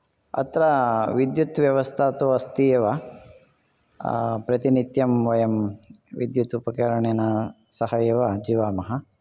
अत्र विद्युत्व्यवस्था तु अस्ति एव प्रतिनित्यं वयं विद्युत् उपकरणेन सह एव जीवामः